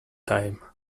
time